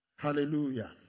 Hallelujah